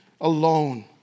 alone